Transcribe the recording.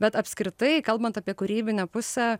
bet apskritai kalbant apie kūrybinę pusę